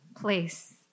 place